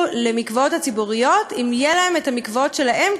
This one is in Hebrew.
למקוואות הציבוריים אם יהיו להן את המקוואות שלהן,